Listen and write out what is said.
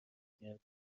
کردند